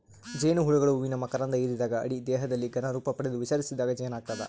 ಜೇನುಹುಳುಗಳು ಹೂವಿನ ಮಕರಂಧ ಹಿರಿದಾಗ ಅಡಿ ದೇಹದಲ್ಲಿ ಘನ ರೂಪಪಡೆದು ವಿಸರ್ಜಿಸಿದಾಗ ಜೇನಾಗ್ತದ